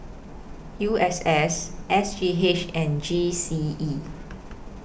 U S S S G H and G C E